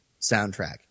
soundtrack